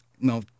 no